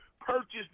purchased